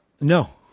No